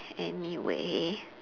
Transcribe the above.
anyway